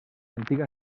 antiga